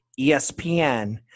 ESPN